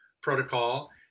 protocol